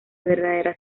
verdadera